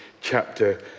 chapter